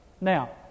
Now